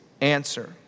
answer